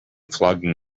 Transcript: flogging